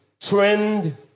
trend